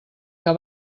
que